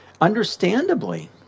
understandably